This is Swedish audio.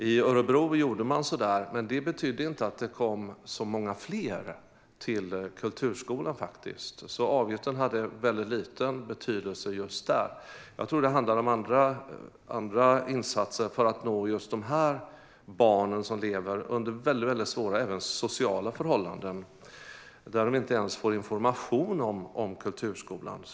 I Örebro gjorde man så, men det betydde inte att det kom många fler till kulturskolan. Avgiften hade väldigt liten betydelse just där. Jag tror att det handlar om andra insatser för att nå de barn som lever under väldigt svåra förhållanden, även socialt, och inte ens får information om kulturskolan.